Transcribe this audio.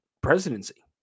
presidency